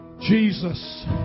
Jesus